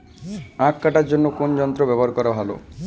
আঁখ কাটার জন্য কোন যন্ত্র ব্যাবহার করা ভালো?